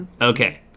Okay